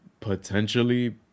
potentially